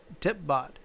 TipBot